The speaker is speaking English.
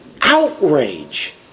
outrage